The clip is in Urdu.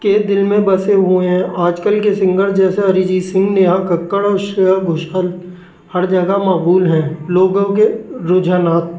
کے دل میں بسے ہوئے ہیں آج کل کے سنگر جیسے اریجیت سنگھ نیہا ککر اور شریا گھوشل ہر جگہ مقبول ہیں لوگوں کے رجحانات